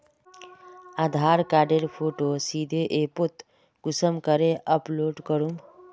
आधार कार्डेर फोटो सीधे ऐपोत कुंसम करे अपलोड करूम?